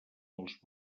els